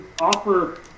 offer